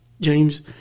James